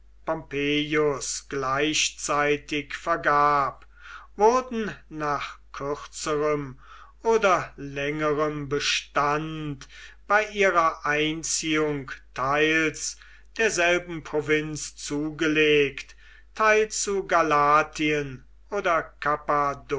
gleichzeitig vergab wurden nach kürzerem oder längerem bestand bei ihrer einziehung teils derselben provinz zugelegt teils zu galatien oder